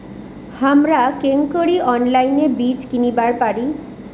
হামরা কেঙকরি অনলাইনে বীজ কিনিবার পারি?